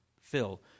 fill